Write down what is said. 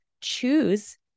choose